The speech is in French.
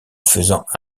faisant